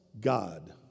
god